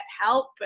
help